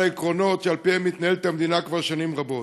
העקרונות שעל-פיהם מתנהלת המדינה כבר שנים רבות.